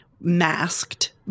masked